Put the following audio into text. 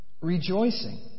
rejoicing